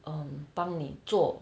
um 帮你做